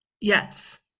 Yes